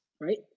right